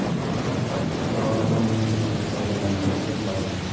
crop মানে হচ্ছে শস্য যেটা মাটিতে ফলে